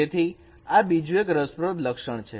તેથી આ બીજું એક રસપ્રદ લક્ષણ છે